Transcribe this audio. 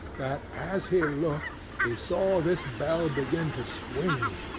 that as he looked, he saw this bell begin to swing.